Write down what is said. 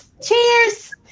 cheers